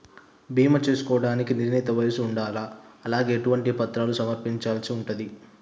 బీమా చేసుకోవడానికి నిర్ణీత వయస్సు ఉండాలా? అలాగే ఎటువంటి పత్రాలను సమర్పించాల్సి ఉంటది?